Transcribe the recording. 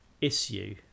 issue